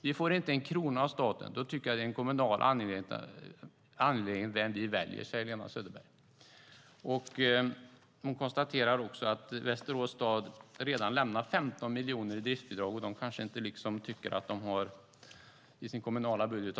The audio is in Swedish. Vi får inte en krona av staten. Då tycker jag att det är en kommunal angelägenhet vem vi väljer." Lena Söderberg konstaterar också att Västerås stad redan lämnat 15 miljoner i driftsbidrag, och de kanske inte tycker att de har större utrymme för det i sin kommunala budget.